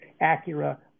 Acura